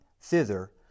thither